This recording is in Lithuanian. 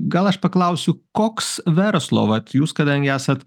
gal aš paklausiu koks verslo vat jūs kadangi esat